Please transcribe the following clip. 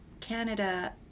Canada